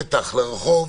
פתח לרחוב,